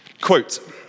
Quote